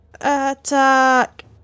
Attack